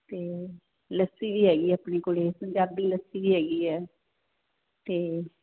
ਤੇ ਲੱਸੀ ਵੀ ਹੈਗੀ ਆਪਣੇ ਕੋਲੇ ਪੰਜਾਬੀ ਲੱਸੀ ਵੀ ਹੈਗੀ ਹ ਤੇ